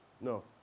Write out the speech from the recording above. No